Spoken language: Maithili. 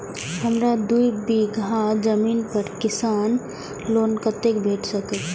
हमरा दूय बीगहा जमीन पर किसान लोन कतेक तक भेट सकतै?